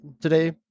today